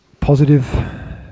positive